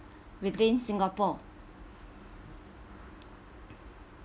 within singapore